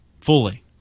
fully